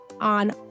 on